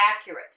accurate